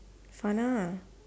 sana